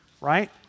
right